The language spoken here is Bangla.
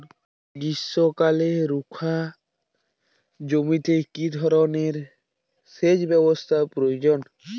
গ্রীষ্মকালে রুখা জমিতে কি ধরনের সেচ ব্যবস্থা প্রয়োজন?